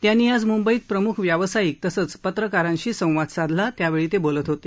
त्यांनी आज मुंबईत प्रमुख व्यावसायिक तसंच पत्रकारांशी संवाद साधला त्यावेळी ते बोलत होते